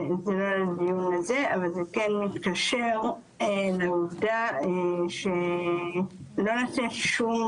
זה באמת מתקשר לעובדה שלא תהיה שום